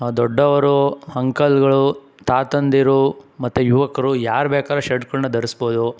ದೊಡ್ಡವರು ಅಂಕಲ್ಗಳು ತಾತಂದಿರು ಮತ್ತು ಯುವಕರು ಯಾರು ಬೇಕಾದ್ರೂ ಶರ್ಟ್ಗಳನ್ನ ಧರಿಸ್ಬೋದು